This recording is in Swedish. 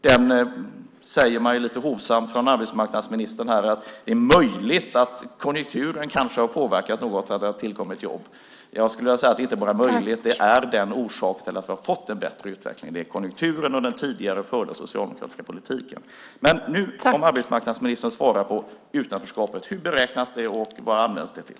Det sägs lite hovsamt från arbetsmarknadsministern här att det är möjligt att konjunkturen något påverkat att det har tillkommit jobb. Jag skulle vilja säga att det inte bara är möjligt att det är så, utan det är orsaken till att vi har fått en bättre utveckling. Det är konjunkturen och den tidigare förda socialdemokratiska politiken som är orsaken. Kan arbetsmarknadsministern beträffande utanförskapet svara på frågan om hur det beräknas och vad det används till?